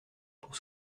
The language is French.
pour